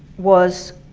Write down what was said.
was,